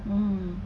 mm